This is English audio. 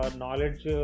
knowledge